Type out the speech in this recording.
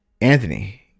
Anthony